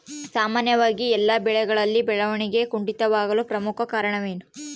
ಸಾಮಾನ್ಯವಾಗಿ ಎಲ್ಲ ಬೆಳೆಗಳಲ್ಲಿ ಬೆಳವಣಿಗೆ ಕುಂಠಿತವಾಗಲು ಪ್ರಮುಖ ಕಾರಣವೇನು?